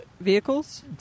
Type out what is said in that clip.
vehicles